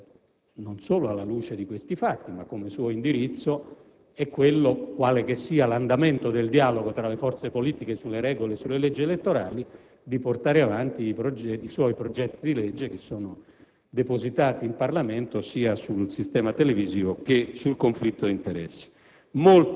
non solo alla luce di questi fatti ma come suo indirizzo - quale che sia l'andamento del dialogo tra le forze politiche sulle regole e sulle leggi elettorali è di portare avanti i suoi disegni di legge, depositati in Parlamento, sia sul sistema televisivo che sul conflitto di interessi.